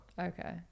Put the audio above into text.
Okay